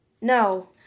No